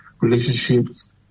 relationships